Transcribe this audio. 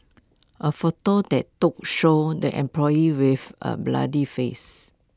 A photo that took shows the employee with A bloodied face